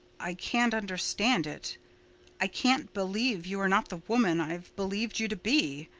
i can't understand it i can't believe you are not the woman i've believed you to be.